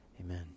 Amen